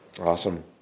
Awesome